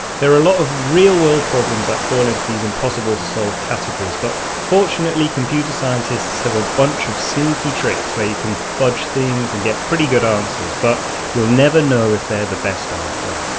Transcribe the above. there are a lot of real world problems that fall into these impossible to solve categories, but fortunately computer scientists have a bunch of sneaky tricks where you can fudge things and get pretty good answers but you'll never know if they are the best answer.